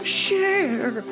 share